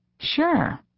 Sure